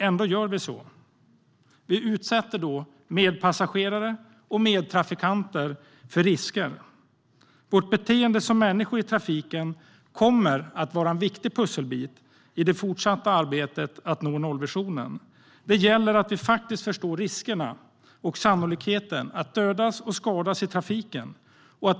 Ändå gör vi så. Vi utsätter då medpassagerare och medtrafikanter för risker. Vårt beteende som människor i trafiken kommer att vara en viktig pusselbit i det fortsätta arbetet med att nå nollvisionen. Det gäller att faktiskt förstå riskerna och sannolikheten för att dödas och skadas i trafiken.